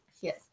Yes